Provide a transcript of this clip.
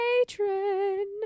patron